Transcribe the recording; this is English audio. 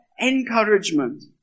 encouragement